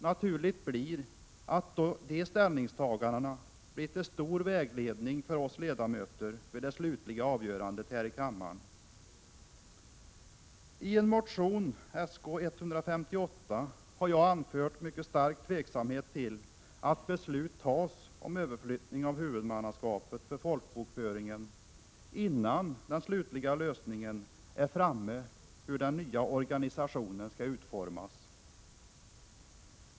Det är naturligt att de ställningstagandena blir till stor vägledning för oss ledamöter vid det slutliga avgörandet här i kammaren. I en motion, Sk158, har jag anfört mycket stark tveksamhet till att beslut fattas om överflyttning av huvudmannaskapet för folkbokföringen, innan man slutligen har löst frågan om hur den nya organisationen skall utformas.